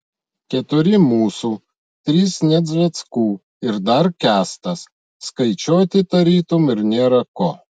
keturi mūsų trys nedzveckų ir dar kęstas skaičiuoti tarytum ir nėra ko